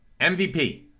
MVP